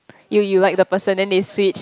you you like the person then they shift